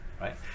right